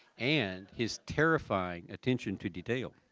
and his terrifying attention to detail.